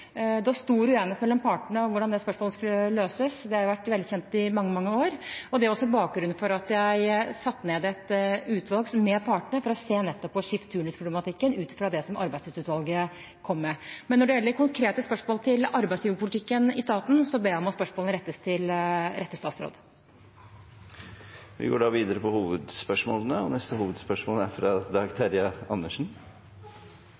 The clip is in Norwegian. Det var stor uenighet mellom partene om hvordan det spørsmålet skulle løses. Det har vært velkjent i mange, mange år, og det var også bakgrunnen for at jeg satte ned et utvalg med partene for nettopp å se på skift/turnus-problematikken ut fra det som Arbeidstidsutvalget kom med. Men når det gjelder konkrete spørsmål til arbeidsgiverpolitikken i staten, ber jeg om at spørsmålene rettes til rette statsråd. Vi går videre til neste hovedspørsmål. Etter snart tre og